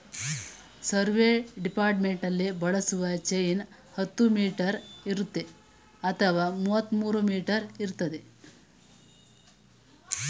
survey ಡಿಪಾರ್ಟ್ಮೆಂಟ್ನಲ್ಲಿ ಬಳಸುವಂತ chain ಹತ್ತು ಮೀಟರ್ ಇರುತ್ತೆ ಅಥವಾ ಮುವತ್ಮೂರೂ ಮೀಟರ್ ಇರ್ತದೆ